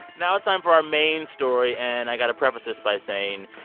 now it's time for our main story. and i've got to preface this by saying,